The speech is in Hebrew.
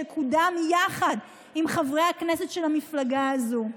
שקודם יחד עם חברי הכנסת של המפלגה הזאת,